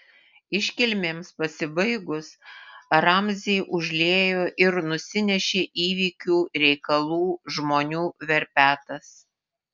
iškilmėms pasibaigus ramzį užliejo ir nusinešė įvykių reikalų žmonių verpetas